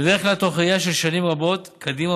בדרך כלל מתוך ראייה של שנים רבות קדימה